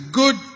good